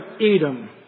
Edom